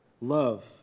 Love